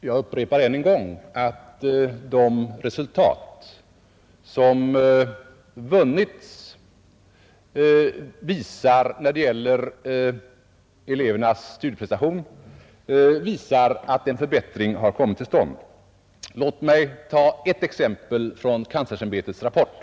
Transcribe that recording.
Herr talman! Jag upprepar att de resultat som vunnits när det gäller elevernas studieprestationer visar att en förbättring har kommit till stånd. Låt mig ta ett exempel från universitetskanslersämbetets rapport.